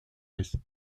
est